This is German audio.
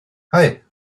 hei